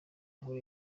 nkuru